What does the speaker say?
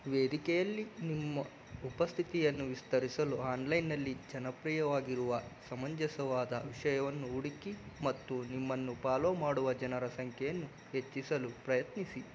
ವೇದಿಕೆಯಲ್ಲಿ ನಿಮ್ಮ ಉಪಸ್ಥಿತಿಯನ್ನು ವಿಸ್ತರಿಸಲು ಆನ್ಲೈನಲ್ಲಿ ಜನಪ್ರಿಯವಾಗಿರುವ ಸಮಂಜಸವಾದ ವಿಷಯವನ್ನು ಹುಡುಕಿ ಮತ್ತು ನಿಮ್ಮನ್ನು ಪಾಲೋ ಮಾಡುವ ಜನರ ಸಂಖ್ಯೆಯನ್ನು ಹೆಚ್ಚಿಸಲು ಪ್ರಯತ್ನಿಸಿ